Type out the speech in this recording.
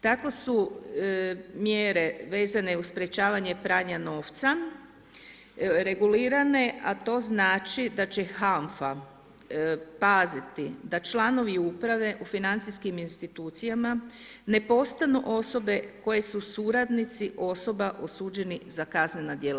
Tako su mjere vezane uz sprečavanje pranja novca regulirane, a to znači da će HANFA paziti da članovi uprave u financijskim institucijama ne postanu osobe koje su suradnici osoba osuđenih za kaznena djela.